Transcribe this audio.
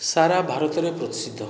ସାରା ଭାରତରେ ପ୍ରସିଦ୍ଧ